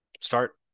start